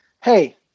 Hey